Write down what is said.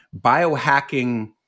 Biohacking